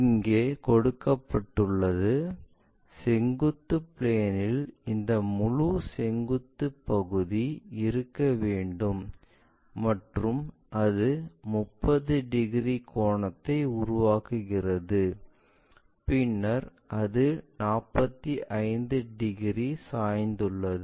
இங்கு கொடுக்கப்பட்டது செங்குத்து பிளேன் இல் இந்த முழு செங்குத்து பகுதி இருக்க வேண்டும் மற்றும் அது 30 டிகிரி கோணத்தை உருவாக்குகிறது பின்னர் அது 45 டிகிரி சாய்ந்துள்ளது